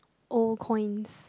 old coins